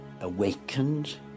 awakened